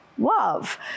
Love